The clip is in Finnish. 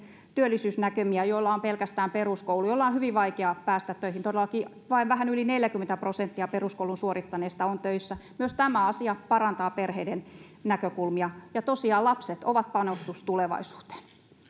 työllisyysnäkymiä joilla on pelkästään peruskoulu joiden on hyvin vaikeaa päästä töihin todellakin vain vähän yli neljäkymmentä prosenttia peruskoulun suorittaneista on töissä myös tämä asia parantaa perheiden näkökulmia tosiaan lapset ovat panostus tulevaisuuteen